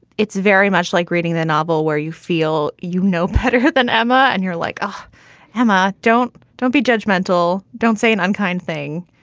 it's very much like reading the novel where you feel, you know, putting her then emma and you're like, ah emma, don't don't be judgmental. don't say an unkind thing.